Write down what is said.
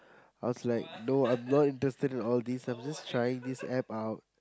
I was like no I'm not interested in all these I'm just trying this App out